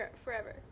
forever